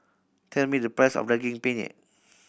tell me the price of Daging Penyet